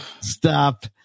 stop